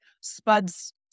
Spuds